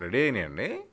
ready అయినాయా అండి